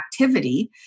activity